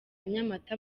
nyamata